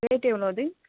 rate எவ்வளோது